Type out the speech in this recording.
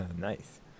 Nice